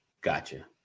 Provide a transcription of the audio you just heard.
Gotcha